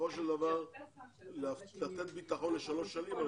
ובסופו של דבר לתת ביטחון לשלוש שנים על